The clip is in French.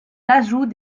l’ajout